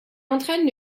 entraîne